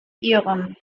ihrem